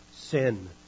Sin